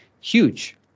huge